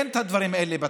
אין את הדברים האלה בתקציב.